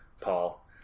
Paul